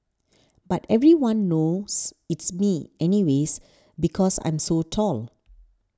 but everyone knows it's me anyways because I'm so tall